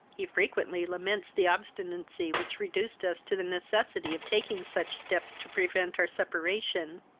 he frequently laments the obstinacy which reduced us to the necessity of taking such steps to prevent our separation.